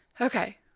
Okay